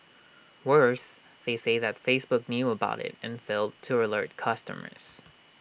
worse they say that Facebook knew about IT and failed to alert customers